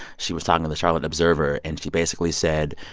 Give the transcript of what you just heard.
she was talking to the charlotte observer. and she basically said,